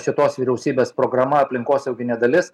šitos vyriausybės programa aplinkosauginė dalis